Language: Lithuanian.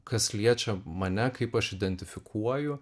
kas liečia mane kaip aš identifikuoju